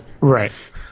right